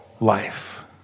life